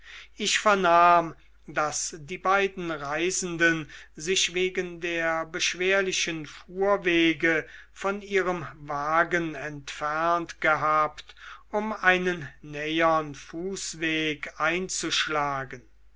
ich vernahm daß die beiden reisenden sich wegen der beschwerlichen fuhrwege von ihrem wagen entfernt gehabt um einen nähern fußweg einzuschlagen